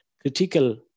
critical